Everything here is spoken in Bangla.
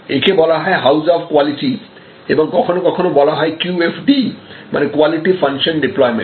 একে বলা হয় হাউস অফ কোয়ালিটি এবং কখনো কখনো বলা হয় QFD মানে কোয়ালিটি ফাংশন ডিপ্লয়মেন্ট